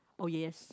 oh yes